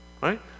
right